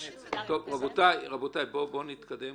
רבותיי, בואו נתקדם.